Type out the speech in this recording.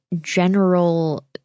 general